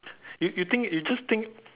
you you think you just think